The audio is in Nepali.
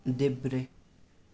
देब्रे